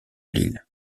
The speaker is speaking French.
lille